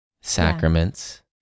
sacraments